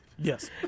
Yes